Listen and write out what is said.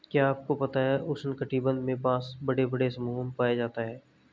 क्या आपको पता है उष्ण कटिबंध में बाँस बड़े बड़े समूहों में पाया जाता है?